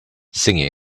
singing